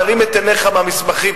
תרים את עיניך מהמסמכים,